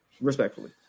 respectfully